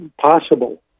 possible